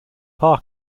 par